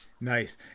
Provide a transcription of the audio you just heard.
Nice